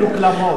למפעילים.